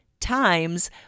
times